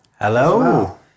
Hello